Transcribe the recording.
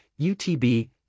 UTB